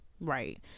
right